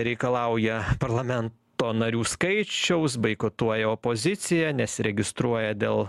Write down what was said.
nereikalauja parlamen to narių skaičiaus boikotuoja opozicija nesiregistruoja dėl